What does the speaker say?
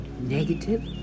negative